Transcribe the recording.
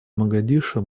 могадишо